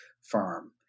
firm